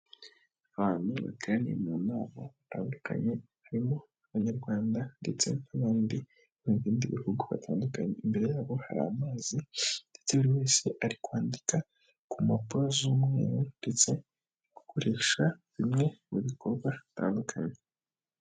Abantu bateranye mu nama batandukanye harimo abanyarwanda ndetse n'abandi bo mu bindi bihugu bitandukanye imbere yabo hari amazi ndetse buri wese ari kwandika ku mpapuro z'umweru ndetse no gukoresha bimwe mu bikorwa bitandukanye.